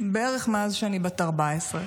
בערך מאז שאני בת 14,